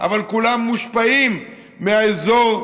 אבל כולם מושפעים מהאזור,